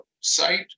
site